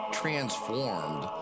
transformed